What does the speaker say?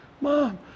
mom